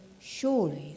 surely